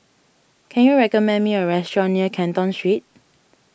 can you recommend me a restaurant near Canton Street